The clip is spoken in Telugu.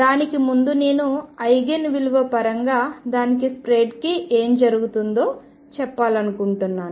దానికి ముందు నేను ఐగెన్ విలువ పరంగా దాని స్ప్రెడ్కి ఏమి జరుగుతుందో చెప్పాలనుకుంటున్నాను